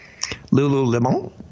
Lululemon